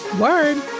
Word